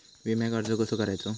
विम्याक अर्ज कसो करायचो?